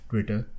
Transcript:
Twitter